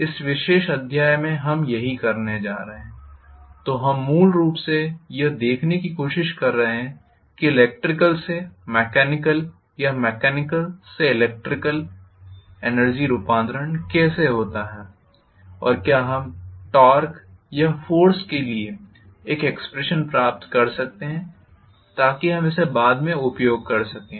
इस विशेष अध्याय में हम यही करने जा रहे हैं हम मूल रूप से यह देखने की कोशिश कर रहे हैं कि इलेक्ट्रिकल से मेकेनिकल या मेकेनिकल से इलेक्ट्रिकल एनर्जी रूपांतरण कैसे होता है और क्या हम टॉर्क या फोर्स के लिए एक एक्सप्रेशन प्राप्त कर सकते हैं ताकि हम इसे बाद में उपयोग कर सकें